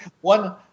one